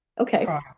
Okay